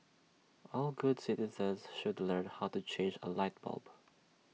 all good citizens should learn how to change A light bulb